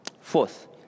Fourth